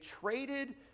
traded